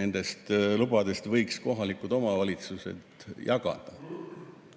nendest lubadest võiks kohalikud omavalitsused jagada.